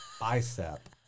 bicep